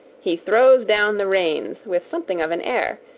he throws down the reins with something of an air,